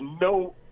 no